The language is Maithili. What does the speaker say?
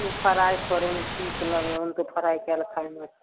ओ फ्राइ करैमे ठीक लगै हइ हम तऽ फ्राइ कएल खाली माछ